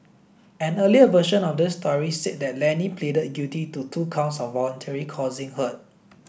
an earlier version of this story said that Lenny pleaded guilty to two counts of voluntarily causing hurt